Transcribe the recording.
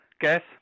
gas